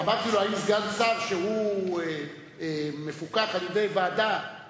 אמרתי לו: האם סגן שר שהוא מפוקח על-ידי ועדה,